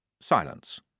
silence